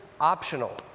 optional